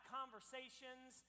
conversations